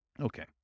Okay